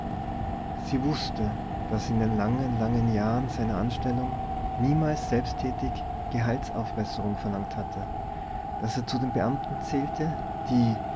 sie wußte daß er in den langen langen jahren seiner anstellung niemals selbsttätig gehaltsaufbesserung verlangt hatte daß er zu den beamten zählte die